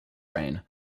reign